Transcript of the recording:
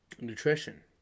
nutrition